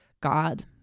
God